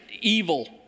evil